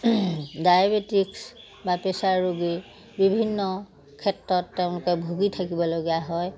diabetics বা pressure ৰোগী বিভিন্ন ক্ষেত্ৰত তেওঁলোকে ভুগি থাকিবলগীয়া হয়